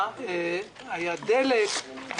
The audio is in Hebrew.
היה דלק,